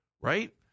right